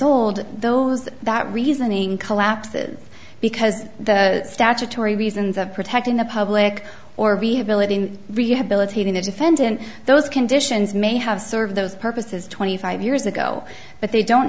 old those that reasoning collapses because the statutory reasons of protecting the public or rehabilitating rehabilitating the defendant those conditions may have served those purposes twenty five years ago but they don't